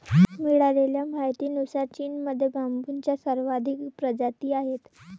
मिळालेल्या माहितीनुसार, चीनमध्ये बांबूच्या सर्वाधिक प्रजाती आहेत